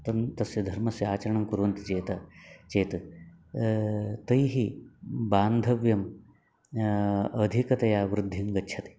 तन् तस्य धर्मस्य आचरणं कुर्वन्ति चेत् चेत् तैः बान्धव्यम् अधिकतया वृद्धिं गच्छति